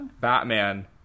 Batman